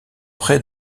près